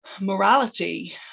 morality